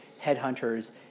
headhunters